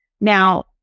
Now